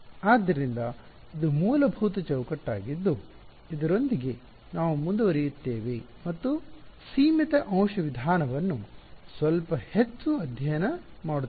ಆದ್ದರಿಂದ ಇದು ಮೂಲಭೂತ ಚೌಕಟ್ಟಾಗಿದ್ದು ಇದರೊಂದಿಗೆ ನಾವು ಮುಂದುವರಿಯುತ್ತೇವೆ ಮತ್ತು ಸೀಮಿತ ಅಂಶ ವಿಧಾನವನ್ನು ಸ್ವಲ್ಪ ಹೆಚ್ಚು ಅಧ್ಯಯನ ಮಾಡುತ್ತೇವೆ